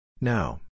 Now